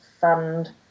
fund